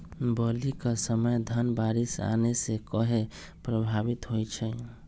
बली क समय धन बारिस आने से कहे पभवित होई छई?